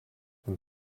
and